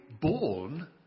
born